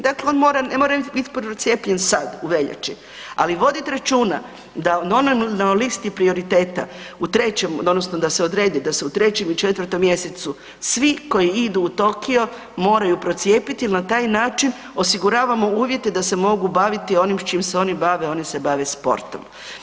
Dakle, on mora, ne mora biti procijepljen sad u veljači ali vodit računa da na listi prioriteta u trećem odnosno da se odredi da se u 3. i 4. mjesecu svi koji idu u Tokio moraju procijepiti jer na taj način osiguravamo uvjete da se mogu baviti onim s čim se oni bave, oni se bave sportom.